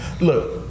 look